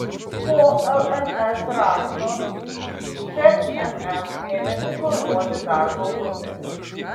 po lms rašto šmm ėmėsi formuoti darbo grupę